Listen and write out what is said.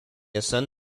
ascend